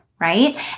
right